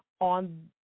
on